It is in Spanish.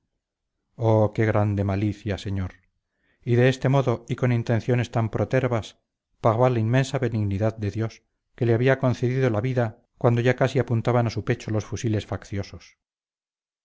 oh qué grande malicia señor y de este modo y con intenciones tan protervas pagaba la inmensa benignidad de dios que le había concedido la vida cuando ya casi apuntaban a su pecho los fusiles facciosos